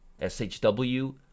shw